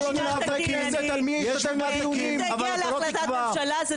אם זה הגיע להחלטת ממשלה זה תיקון.